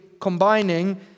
combining